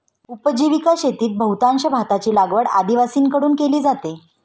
उपजीविका शेतीत बहुतांश भाताची लागवड आदिवासींकडून केली जाते